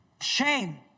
Shame